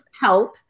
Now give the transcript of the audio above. HELP